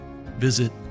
visit